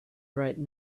right